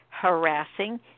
harassing